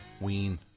Ween